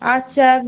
আচ্ছা